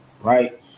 right